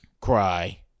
Cry